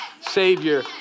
Savior